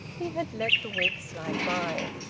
he had let the weeks slide by.